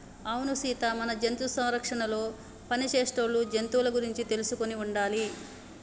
అవును సీత మన జంతు సంరక్షణలో పని చేసేటోళ్ళు జంతువుల గురించి తెలుసుకొని ఉండాలి